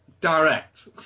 direct